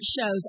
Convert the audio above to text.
shows